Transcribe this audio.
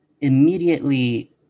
immediately